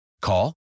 Call